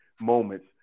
moments